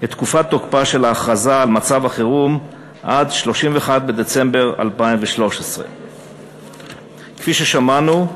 תוקפה של ההכרזה על מצב החירום עד 31 בדצמבר 2013. כפי ששמענו,